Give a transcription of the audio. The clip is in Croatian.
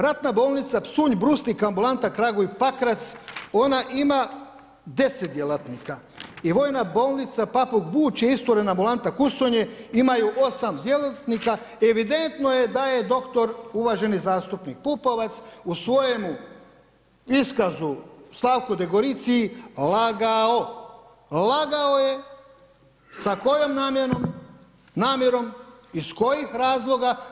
Ratna bolnica Psunj Brusnik, ambulanta Kraguj Pakrac ona ima 10 djelatnika i vojna bolnica Papov buć i isturena ambulanta Kusonje imaju 8 djelatnika, evidentno je da je dr. uvaženi zastupnik Pupovac u svojemu iskazu Slavku Degoriciji lagao, lagao je, sa kojom namjerom, iz kojih razloga?